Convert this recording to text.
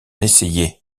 essayer